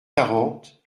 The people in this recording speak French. quarante